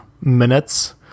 minutes